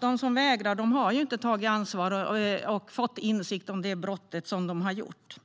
De som vägrar har inte tagit sitt ansvar och fått insikt om de brott de har begått.